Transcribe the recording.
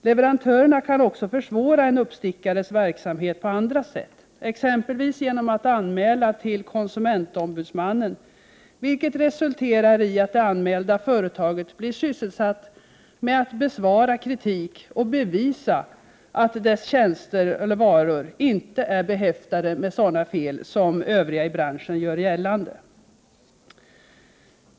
Leverantörerna kan också försvåra en ”uppstickares” verksamhet på andra sätt, exempelvis genom en anmälan till konsumentombudsmannen, vilken resulterar i att det anmälda företaget blir sysselsatt med att besvara kritik och bevisa att dess varor eller tjänster inte är behäftade med sådana fel som övriga i branchen gör gällande.